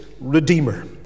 Redeemer